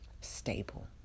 stable